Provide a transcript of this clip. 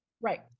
Right